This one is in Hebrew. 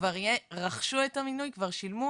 כבר רכשו את המינוי ושילמו,